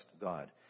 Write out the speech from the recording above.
God